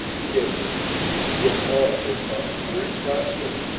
he did it with all his heart, and prospered.